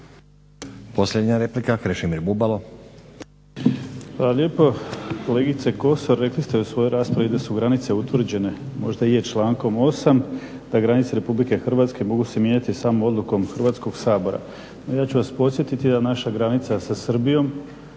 **Bubalo, Krešimir (HDSSB)** Hvala lijepo. Kolegice Kosor rekli ste u svojoj raspravi da su granice utvrđene možda je člankom 8.da granice RH mogu se mijenjati samo odlukom Hrvatskog sabora. Ja ću vas podsjetiti da naša granica sa Srbijom,